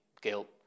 guilt